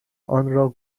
آنرا